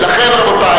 המינהל לשיווק התיירות?